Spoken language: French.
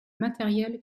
matériel